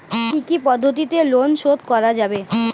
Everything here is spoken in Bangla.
কি কি পদ্ধতিতে লোন শোধ করা যাবে?